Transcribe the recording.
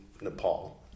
Nepal